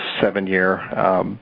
seven-year